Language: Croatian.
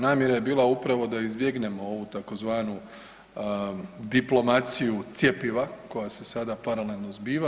Namjera je bila upravo da izbjegnemo ovu tzv. diplomaciju cjepiva koja se sada paralelno zbiva.